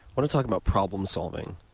want to talk about problem solving